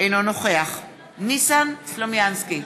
אינו נוכח ניסן סלומינסקי,